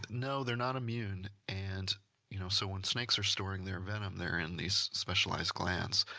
no, they're not immune. and you know so when snakes are storing their venom, they're in these specialized glands,